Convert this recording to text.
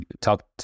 talked